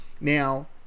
Now